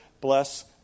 bless